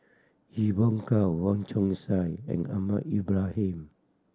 Evon Kow Wong Chong Sai and Ahmad Ibrahim